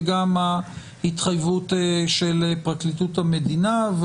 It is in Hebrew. וגם ההתחייבות של פרקליטות המדינה.